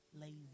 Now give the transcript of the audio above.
Lazy